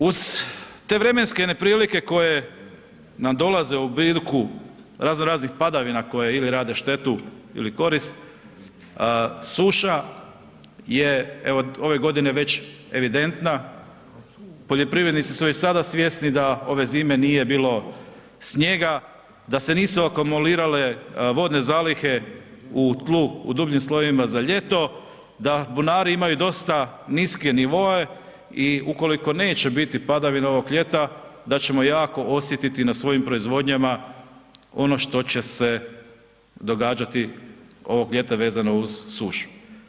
Uz te vremenske neprilike koje nam dolaze u obliku razno raznih padavina koje ili rade štetu ili korist, suša je evo ove godine već evidentna, poljoprivrednici su već sada svjesni da ove zime nije bilo snijega, da se nisu akumulirale vodne zalihe u tlu, u dubljim slojevima za ljeto, da bunari imaju dosta niske nivoe i ukoliko neće biti padavina ovog ljeta, da ćemo jako osjetiti na svojim proizvodnjama ono što će se događati ovog ljeta vezano uz sušu.